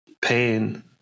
pain